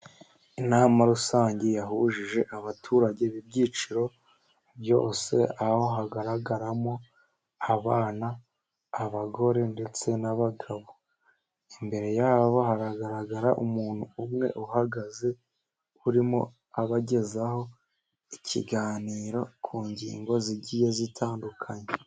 Inama rusange yahuje abaturage b'ibyiciro byose, aho hagaragaramo abana, abagore ndetse n'abagabo, imbere yabo haragaragara umuntu umwe uhagaze urimo abagezaho ikiganiro ku ngingo zigiye zitandukanye.